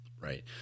Right